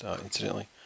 incidentally